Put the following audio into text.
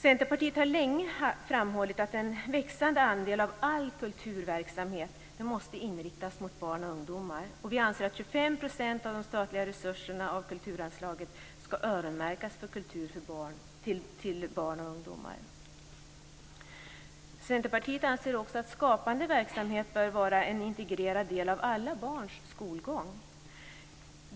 Centerpartiet har länge framhållit att en växande andel av all kulturverksamhet måste inriktas mot barn och ungdomar. Vi anser att 25 % av de statliga resurserna i kulturanslaget ska öronmärkas för kultur till barn och ungdomar. Centerpartiet anser också att skapande verksamhet bör vara en integrerad del av alla barns skolgång.